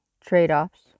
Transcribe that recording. trade-offs